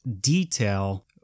detail